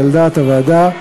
והיא על דעת הוועדה.